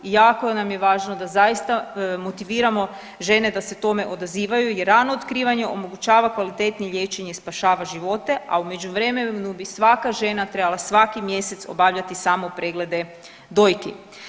Jako nam je važno da zaista motiviramo žene da se tome odazivaju i rano otkrivanje omogućava kvalitetnije liječenje i spašava živote, a u međuvremenu bi svaka žena trebala svaki mjesec obavljati samo preglede dojki.